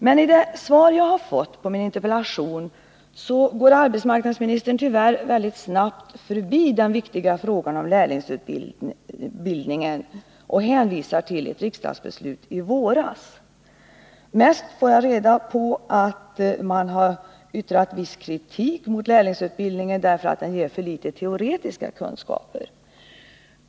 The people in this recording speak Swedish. Men i det svar jag har fått på min interpellation går arbetsmarknadsministern tyvärr mycket snabbt förbi den viktiga frågan om lärlingsutbildningen och hänvisar till ett riksdagsbeslut i våras. Som mest får jag reda på att man har yttrat viss kritik mot lärlingsutbildningen, därför att den ger för litet teoretiska kunskaper.